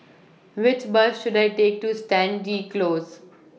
Which Bus should I Take to Stangee Close